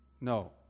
No